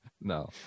no